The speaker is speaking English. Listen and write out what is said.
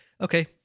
Okay